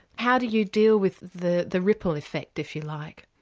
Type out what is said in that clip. how do you deal with the the ripple effect, if you like?